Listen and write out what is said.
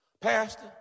Pastor